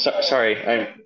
sorry